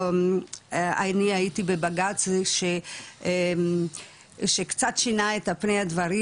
אני הייתי בבג"צ שקצת שינה את פני הדברים,